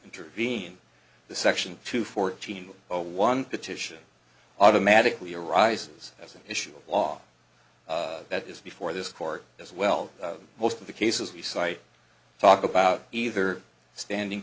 intervene the section two fourteen zero one petition automatically arises as an issue of law that is before this court as well most of the cases you cite talk about either standing